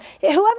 Whoever